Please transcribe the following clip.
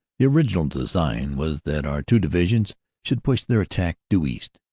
the original design was that our two divisions should push their attack due east,